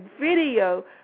video